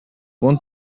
want